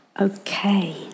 Okay